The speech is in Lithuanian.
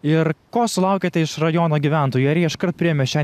ir ko sulaukiate iš rajono gyventojų ar jie iškart priėmė šią